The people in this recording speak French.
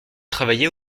travaillez